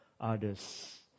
others